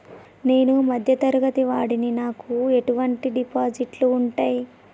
నేను మధ్య తరగతి వాడిని నాకు ఎటువంటి డిపాజిట్లు ఉంటయ్?